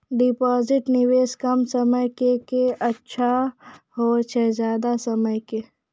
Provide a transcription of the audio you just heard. Deposit निवेश कम समय के के अच्छा होय छै ज्यादा समय के?